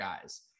guys